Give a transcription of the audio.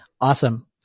Awesome